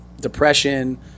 depression